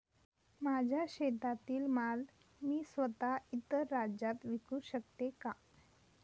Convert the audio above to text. माझ्या शेतातील माल मी स्वत: इतर राज्यात विकू शकते का?